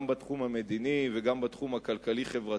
גם בתחום המדיני וגם בתחום הכלכלי-החברתי,